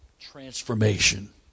transformation